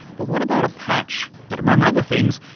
but what about a patch that, among other things,